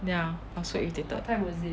ya I was so irritated